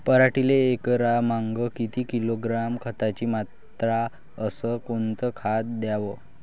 पराटीले एकरामागं किती किलोग्रॅम खताची मात्रा अस कोतं खात द्याव?